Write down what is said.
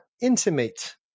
intimate